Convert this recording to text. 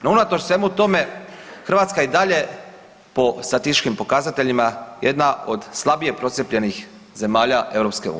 No unatoč svemu tome Hrvatska i dalje po statističkim pokazateljima jedna od slabije procijepljenih zemalja EU.